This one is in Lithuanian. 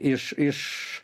iš iš